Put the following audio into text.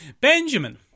Benjamin